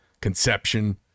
conception